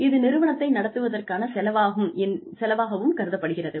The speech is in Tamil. இது நிறுவனத்தை நடத்துவதற்கான செலவாகவும் கருதப்படுகிறது